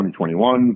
2021